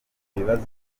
gutera